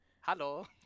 Hello